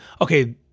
okay